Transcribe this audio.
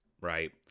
right